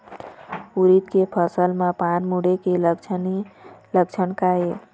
उरीद के फसल म पान मुड़े के लक्षण का ये?